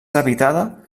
habitada